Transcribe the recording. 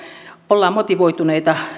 ollaan motivoituneita